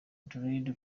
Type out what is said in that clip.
dread